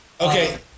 Okay